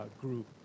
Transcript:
Group